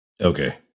Okay